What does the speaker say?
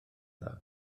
dda